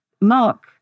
Mark